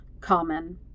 common